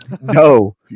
No